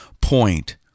point